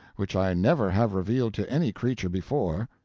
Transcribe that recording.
which i never have revealed to any creature before.